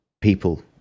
people